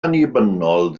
annibynnol